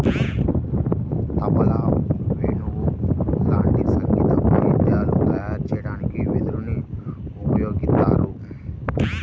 తబలా, వేణువు లాంటి సంగీత వాయిద్యాలు తయారు చెయ్యడానికి వెదురుని ఉపయోగిత్తారు